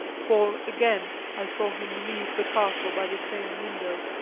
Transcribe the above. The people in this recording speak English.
for again i saw him leave the castle by the same window,